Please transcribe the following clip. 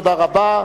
אין נמנעים.